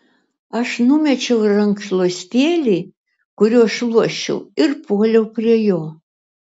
aš numečiau rankšluostėlį kuriuo šluosčiau ir puoliau prie jo